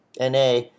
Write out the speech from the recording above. NA